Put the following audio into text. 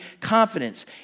confidence